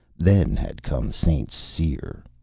then had come st. cyr.